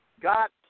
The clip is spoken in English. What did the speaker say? got